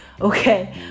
okay